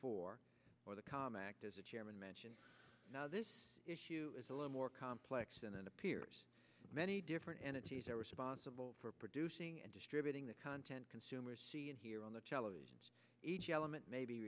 four or the com act as a chairman mentioned now this issue is a little more complex than it appears many different entities are responsible for producing and distributing the content consumers see and hear on the televisions each element may be